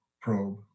probe